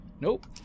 Nope